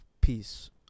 Peace